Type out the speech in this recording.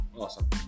Awesome